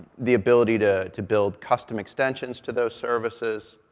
the ability to to build custom extensions to those services,